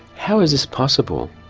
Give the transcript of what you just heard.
how is this possible?